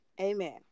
Amen